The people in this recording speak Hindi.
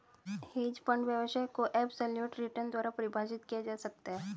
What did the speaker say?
हेज फंड व्यवसाय को एबसोल्यूट रिटर्न द्वारा परिभाषित किया जा सकता है